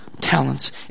talents